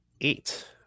eight